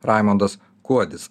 raimundas kuodis